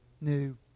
new